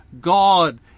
God